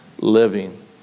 living